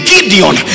Gideon